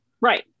Right